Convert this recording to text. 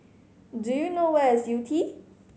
do you know where is Yew Tee